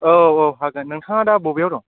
औ औ हागोन नोंथाङा दा बबेयाव दं